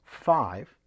five